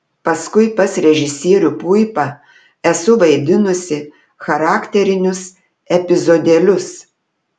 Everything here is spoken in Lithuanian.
paskui pas režisierių puipą esu vaidinusi charakterinius epizodėlius